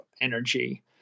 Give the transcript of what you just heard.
energy